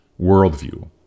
worldview